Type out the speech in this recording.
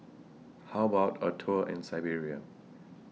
How about A Tour in Siberia